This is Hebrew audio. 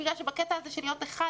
שבגלל שבקטע הזה של להיות אחד,